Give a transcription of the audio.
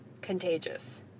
contagious